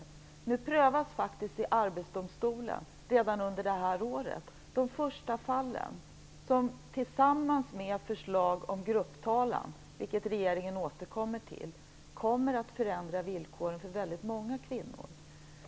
Redan under det här året prövas faktiskt i arbetsdomstolen de första fallen, som tillsammans med förslag om grupptalan, vilket regeringen återkommer till, kommer att förändra villkoren för många kvinnor.